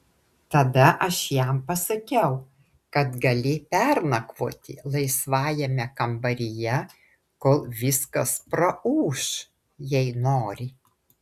tada aš jam pasakiau kad gali pernakvoti laisvajame kambaryje kol viskas praūš jei nori